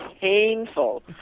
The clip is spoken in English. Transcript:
painful